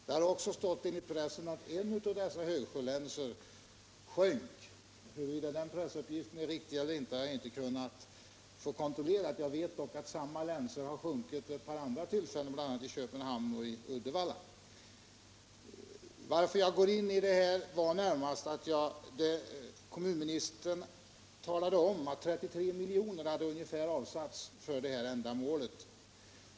Det har också i pressen uppgivits att en av dessa högsjölänsor sjönk. Huruvida den pressuppgiften är riktig eller inte har jag inte kunnat få kontrollerat. Jag vet dock att samma typ av länsor har sjunkit vid ett par andra tillfällen, bl.a. vid Köpenhamn och vid Uddevalla. Anledningen till att jag gick in i denna debatt var närmast att kommunministern talade om att ungefär 33 milj.kr. hade avsatts till det aktuella ändamålet.